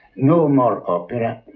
no more opera,